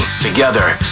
Together